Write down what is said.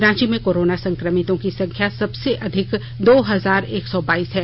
रांची में कोरोना संकमितों की संख्या सबसे अधिक दो हजार एक सौ बाईस है